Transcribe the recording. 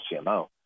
CMO